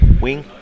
wing